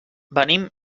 venim